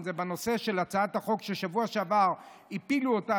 אם זה בנושא של הצעת החוק שבשבוע שעבר הפילו אותה,